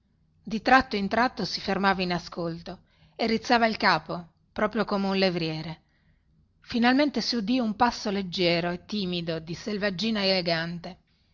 di tratto in tratto si fermava in ascolto e rizzava il capo proprio come un levriere finalmente si udì un passo leggiero e timido di selvaggina elegante